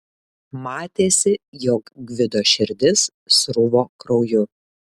matėsi jog gvido širdis sruvo krauju